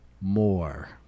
more